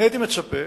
הייתי מצפה